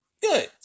Good